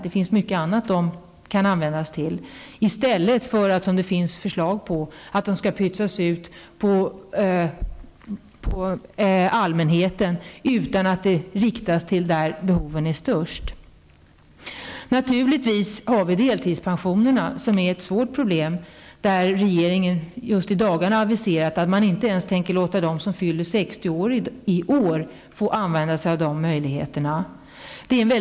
Det finns mycket som löntagarfonderna kan användas till i stället för att man, som det finns förslag om, pytsar ut pengarna till allmänheten utan att rikta dem dit där behoven är störst. Naturligtvis har vi tänkt på deltidspensionerna. Det är ett svårt problem att regeringen i dagarna aviserat att man inte ens tänker låta dem som fyller 60 år i år få använda sig av möjligheten till deltidspension.